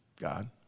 God